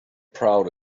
proud